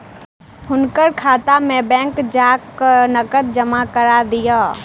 हुनकर खाता में बैंक जा कय नकद जमा करा दिअ